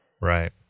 Right